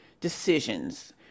decisions